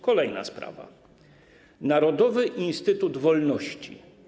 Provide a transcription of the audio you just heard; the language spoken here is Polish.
Kolejna sprawa: Narodowy Instytut Wolności.